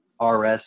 RS